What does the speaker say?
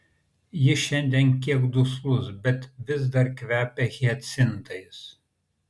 jis šiandien kiek duslus bet vis dar kvepia hiacintais